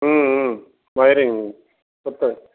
wiring చెప్పండి